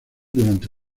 durante